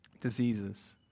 diseases